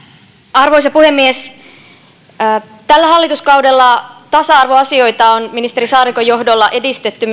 arvoisa puhemies tällä hallituskaudella tasa arvoasioita on ministeri saarikon johdolla edistetty